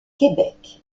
québec